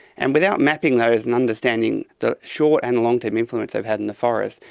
and without mapping those and understanding the short and long-term influence they've had in the forest,